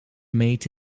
made